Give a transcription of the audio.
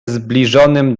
zbliżonym